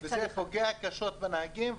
זה פוגע קשות בנהגים.